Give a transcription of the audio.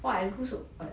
!wah! I lose a lot leh